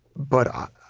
but